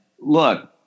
look